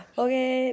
okay